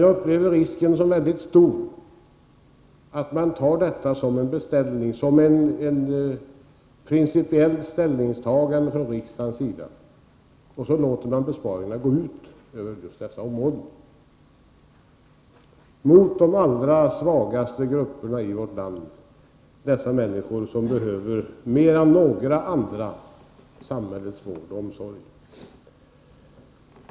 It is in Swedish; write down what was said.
Jag upplever risken som väldigt stor att man tar detta som en beställning, som ett principiellt ställningstagande från riksdagens sida, och låter besparingarna gå ut över just dessa områden, vilket drabbar de allra svagaste grupperna i vårt land, dessa människor som mer än några andra behöver samhällets vård och omsorg.